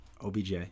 OBJ